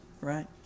right